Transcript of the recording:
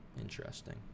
Interesting